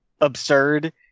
absurd